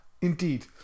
Indeed